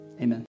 amen